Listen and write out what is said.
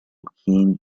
كين